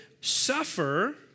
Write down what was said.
suffer